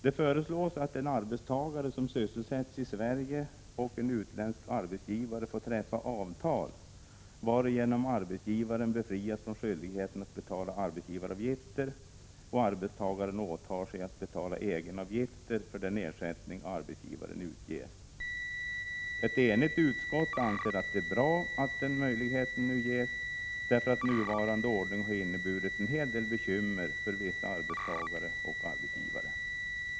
Det föreslås att en arbetstagare som sysselsätts i Sverige och en utländsk arbetsgivare får träffa avtal, varigenom arbetsgivaren befrias från skyldigheten att betala arbetsgivaravgifter och arbetstagaren åtar sig att betala egenavgifter för den ersättning arbetsgivaren utger. Ett enigt utskott anser att det är bra att den möjligheten nu ges, därför att nuvarande ordning har inneburit en hel del bekymmer för vissa arbetstagare och arbetsgivare.